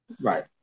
right